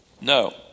No